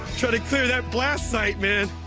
try to clear that blast site, man.